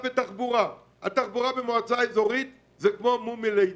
התחבורה במועצה אזורית זה כמו מום מלידה,